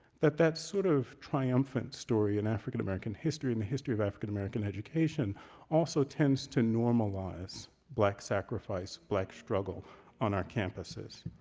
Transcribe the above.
that that sort of triumphant story in african-american history and the history of african-american education also tends to normalize black sacrifice, black struggle on our campuses.